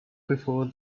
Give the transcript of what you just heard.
before